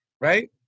right